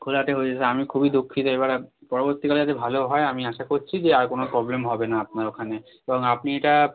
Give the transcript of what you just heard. ঘোলাটে হয়েছে আমি খুবই দুঃখিত এবার আপ পরবর্তীকালে যাতে ভালো হয় আমি আশা করছি যে আর কোনো প্রবলেম হবে না আপনার ওখানে এবং আপনি এটা